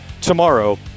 tomorrow